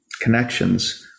connections